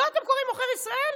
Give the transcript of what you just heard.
לו אתם קוראים "עוכר ישראל"?